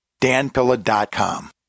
danpilla.com